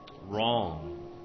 wrong